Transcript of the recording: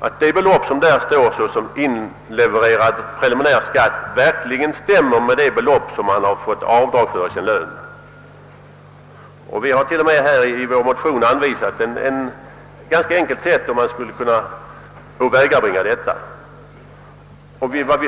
att det belopp som där står såsom inlevererad preliminär skatt stämmer med det belopp som dragits av på hans lön. Vi har i vår motion t.o.m. anvisat ett ganska enkelt sätt att åvägabringa detta.